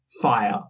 fire